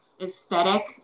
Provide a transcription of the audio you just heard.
aesthetic